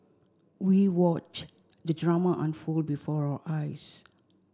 we watched the drama unfold before our eyes